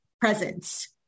presence